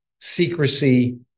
secrecy